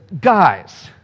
guys